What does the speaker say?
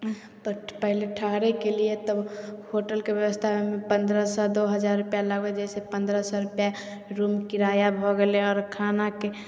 पहिले ठहरयके लिए तब होटलके ब्यवस्था पन्द्रह सऽ दो हजार रुपैआ लागै छै पन्द्रह सए रूपैआ रूम किराया भऽ गेलै आओर खानाके